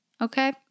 Okay